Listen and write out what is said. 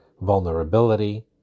vulnerability